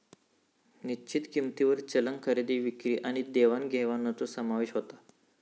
निश्चित किंमतींवर चलन खरेदी विक्री आणि देवाण घेवाणीचो समावेश होता